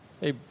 Hey